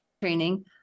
training